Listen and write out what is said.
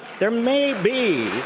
there may be.